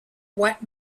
what